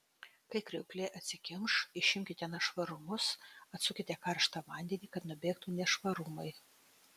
kai kriauklė atsikimš išimkite nešvarumus atsukite karštą vandenį kad nubėgtų nešvarumai